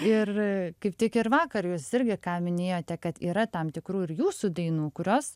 ir kaip tik ir vakar jūs irgi ką minėjote kad yra tam tikrų ir jūsų dainų kurios